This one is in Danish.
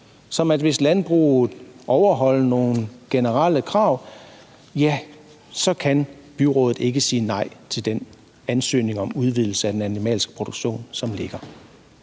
om, at hvis landbruget overholder nogle generelle krav, kan byrådet ikke sige nej til den ansøgning om udvidelse af den animalske produktion, der ligger.